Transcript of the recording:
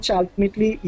ultimately